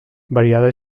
variada